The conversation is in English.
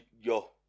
yo